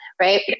right